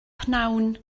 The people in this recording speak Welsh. pnawn